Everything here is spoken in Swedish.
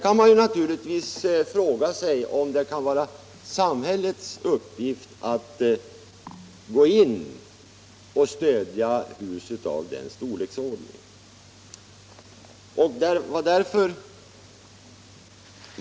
Man kan naturligtvis fråga sig om det är samhällets uppgift att gå in och stödja byggandet av hus av den storleksordningen.